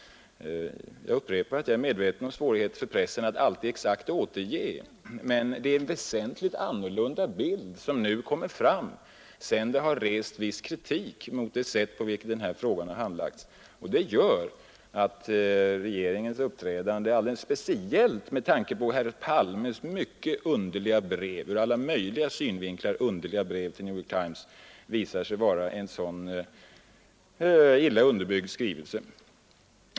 Jag upprepar att jag är medveten om svårigheterna för pressen att alltid exakt återge. Det är emellertid en väsentligt annorlunda bild som nu kommer fram, sedan det har rests viss kritik mot det sätt på vilket denna fråga har handlagts. Detta gör att regeringens uppträdande framstår som anmärkningsvärt, alldeles speciellt med tanke på att herr Palmes ur alla möjliga synvinklar underliga brev till New York Times visat sig vara en så illa underbyggd skrivelse.